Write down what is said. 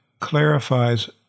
clarifies